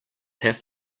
have